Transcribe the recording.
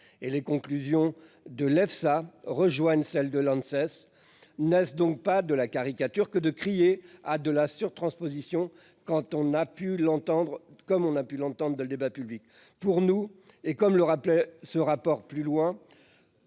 des aliments (Efsa) rejoignent celles de l'Anses. N'est-ce donc pas de la caricature que de crier à la surtransposition, comme on a pu l'entendre dans le débat public ? Pour nous, et comme le rappelait ce rapport, aller plus loin